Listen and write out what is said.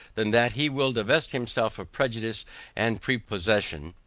than that he will divest himself of prejudice and prepossession,